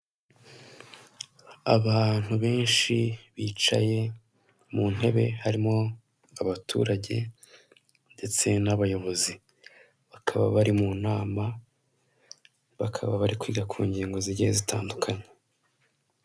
Abantu benshi bicaye mu ntebe harimo abaturage ndetse n'abayobozi, bakaba bari mu nama, bakaba bari kwiga ku ngingo zigiye zitandukanye.